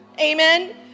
Amen